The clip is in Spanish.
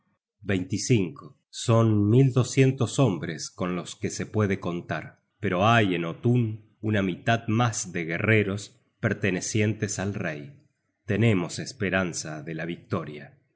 oerval son mil doscientos hombres con los que se puede contar pero hay en hotun una mitad mas de guerreros pertenecientes al rey tenemos esperanza de la victoria